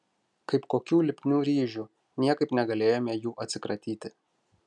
kaip kokių lipnių ryžių niekaip negalėjome jų atsikratyti